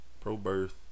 pro-birth